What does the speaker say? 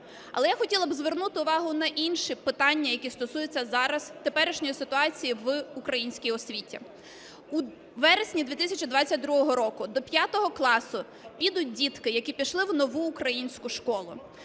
Але я хотіла би звернути увагу на інші питання, які стосуються зараз теперішньої ситуації в українській освіті. У вересні 2022 року до п'ятого класу підуть дітки, які пішли в Нову українську школу,